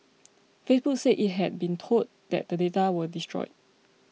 Facebook said it had been told that the data were destroyed